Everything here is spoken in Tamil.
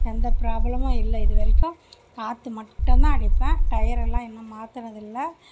எந்த பிராப்ளமும் இல்லை இது வரைக்கும் காற்று மட்டும்தான் அடிப்பேன் டயரெல்லாம் இன்னும் மாற்றினதில்ல